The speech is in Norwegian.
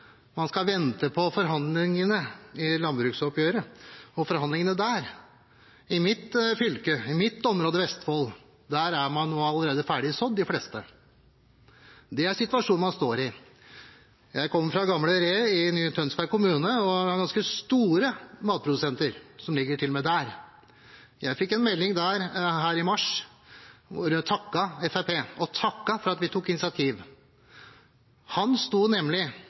Man skal vente på forhandlingene i landbruksoppgjøret, på forhandlingene der. I mitt fylke, i mitt område, Vestfold, der er nå de fleste allerede ferdig sådd. Det er situasjonen man står i. Jeg kommer fra gamle Re, i nye Tønsberg kommune, og det er ganske store matprodusenter som ligger til og med der. Jeg fikk en melding derfra her i mars, hvor Fremskrittspartiet ble takket for at vi tok initiativ. Han sto nemlig